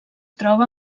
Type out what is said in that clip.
troba